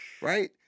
Right